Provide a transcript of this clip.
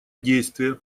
действия